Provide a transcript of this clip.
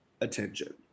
attention